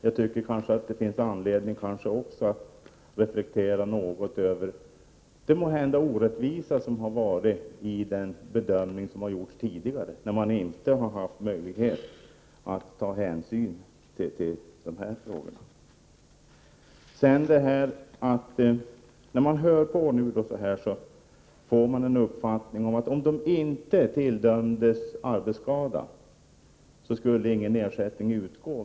Jag tycker kanske att det finns anledning att också reflektera något över det måhända orättvisa som har funnits i den bedömning som gjorts tidigare, när man inte har haft möjlighet att ta hänsyn till sådana här aspekter. När man hör på debatten får man intrycket att om de drabbade inte får rätt i att det handlar om en arbetsskada, då skulle ingen ersättning utgå.